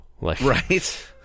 Right